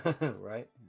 Right